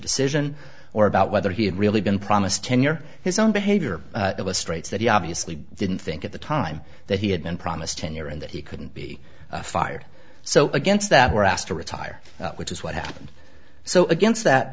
decision or about whether he had really been promised tenure his own behavior illustrates that he obviously didn't think at the time that he had been promised tenure and that he couldn't be fired so against that were asked to retire which is what happened so against that